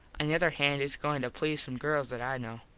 on the other hand its goin to please some girls that i know.